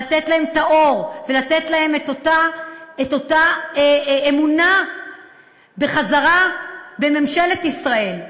לתת להם את האור ולתת להם את אותה אמונה בחזרה בממשלת ישראל,